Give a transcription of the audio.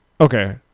Okay